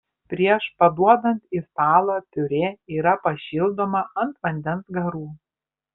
prieš paduodant į stalą piurė yra pašildoma ant vandens garų